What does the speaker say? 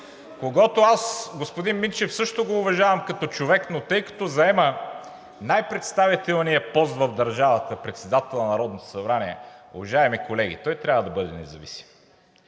Минчев. Аз господин Минчев също го уважавам като човек, но тъй като заема най-представителния пост в държавата – председател на Народното събрание, уважаеми колеги, той трябва да бъде независим.